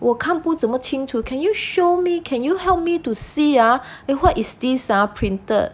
我看不怎么清楚 can you show me can you help me to see ah eh what is this ah printed